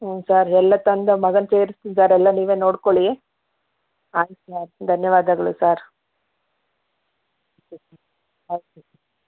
ಹ್ಞೂ ಸರ್ ಎಲ್ಲ ತಂದು ಮಗನ್ನ ಸೇರಿಸ್ತೀನಿ ಸಾರ್ ಎಲ್ಲ ನೀವೇ ನೋಡ್ಕೊಳ್ಳಿ ಆಯ್ತು ಸರ್ ಧನ್ಯವಾದಗಳು ಸರ್